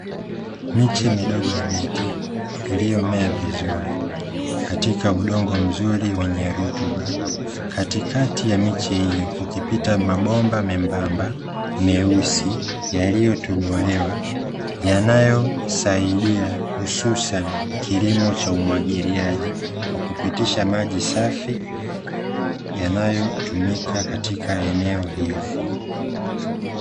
Miche midogo ya miti iliyomea vizuri katika udongo mzuri wenye rutuba katikati ya miche hiyo kukipita mabomba membamba meusi yaliyotobolewa yanayosaidia, hususani kilimo cha umwagiliaji kwa kupitisha maji safi yanayotumika katika eneo hili.